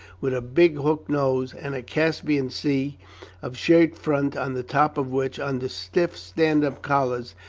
with a big hooked nose and a caspian sea of shirt-front, on the top of which, under stiff stand-up collars,